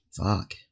Fuck